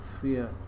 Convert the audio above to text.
fear